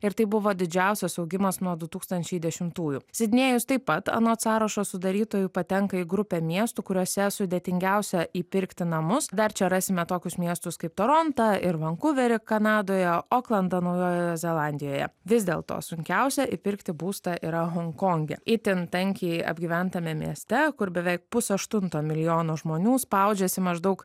ir tai buvo didžiausias augimas nuo du tūkstančiai dešimtųjų sidnėjus taip pat anot sąrašo sudarytojų patenka į grupę miestų kuriuose sudėtingiausia įpirkti namus dar čia rasime tokius miestus kaip torontą ir vankuverį kanadoje oklandą naujojoje zelandijoje vis dėl to sunkiausia įpirkti būstą yra honkonge itin tankiai apgyventame mieste kur beveik pusaštunto milijono žmonių spaudžiasi maždaug